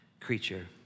creature